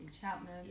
Chapman